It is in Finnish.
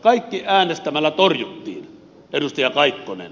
kaikki äänestämällä torjuttiin edustaja kaikkonen